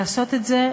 לעשות את זה,